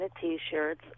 T-shirts